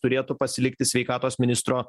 turėtų pasilikti sveikatos ministro